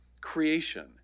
creation